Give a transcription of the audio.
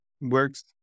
works